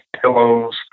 pillows